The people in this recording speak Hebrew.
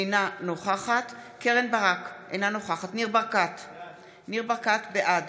אינה נוכחת קרן ברק, אינה נוכחת ניר ברקת, בעד